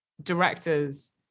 directors